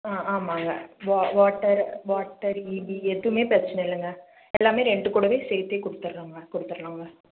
ஆ ஆமாங்க வா water water EB எதுவுமே பிரச்சின இல்லைங்க எல்லாமே ரெண்ட் கூடவே சேர்த்தே கொடுத்தடுறோங்க கொடுத்தடுலாங்க